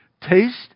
taste